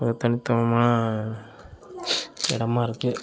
ஒரு தனித்துவமான இடமா இருக்குது